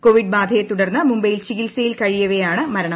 Covid ബാധയെത്തുടർന്ന് മുംബൈയിൽ ചികിത്സയിൽ കഴിയവേയാണ് മരണം